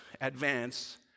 advance